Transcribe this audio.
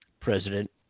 president